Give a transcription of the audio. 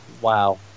Wow